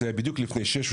זה בדיוק שש,